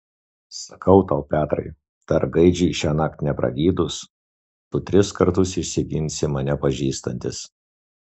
sakau tau petrai dar gaidžiui šiąnakt nepragydus tu tris kartus išsiginsi mane pažįstantis